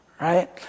right